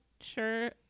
sure